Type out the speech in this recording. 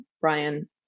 Brian